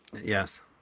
Yes